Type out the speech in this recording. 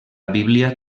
bíblia